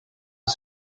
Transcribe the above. was